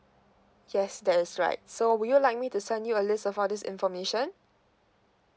yes that is right so would you like me to send you a list of all this information